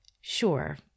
Sure